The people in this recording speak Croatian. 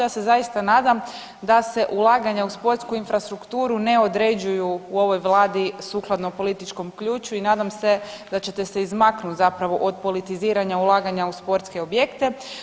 Ja se zaista nadam da se ulaganja u sportsku infrastrukturu ne određuju u ovoj Vladi sukladno političkom ključu i nadam se da ćete se izmaknuti zapravo od politiziranja ulaganja u sportske objekte.